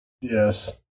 Yes